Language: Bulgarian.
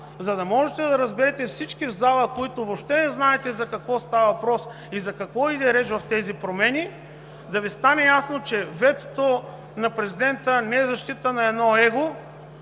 за да може всички в залата, които въобще не знаете за какво става въпрос и за какво иде реч в тези промени, да разберете и да Ви стане ясно, че ветото на Президента не е защитата на едно его